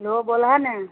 hello बोलहऽ ने